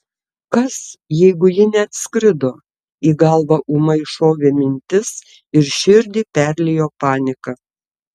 kas jeigu ji neatskrido į galvą ūmai šovė mintis ir širdį perliejo panika